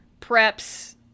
preps